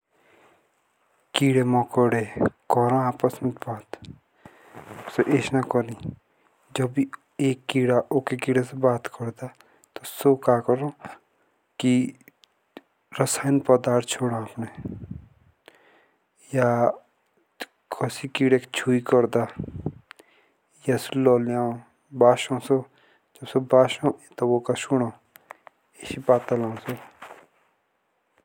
किदे मकोडे कोरो आपस मुझ बात सो ईएस ना करे जब भी एक कीड़ा ओके कीड़े से बात करे तबी सो रसायन पदार्थ छोदो आपने याह क्सिक कीड़े का छुकरदा या सो ललियाओ भाषा तब ओका सुनो अजी बाता लाओ सो।